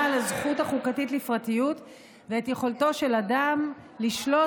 על הזכות החוקתית לפרטיות ואת יכולתו של אדם לשלוט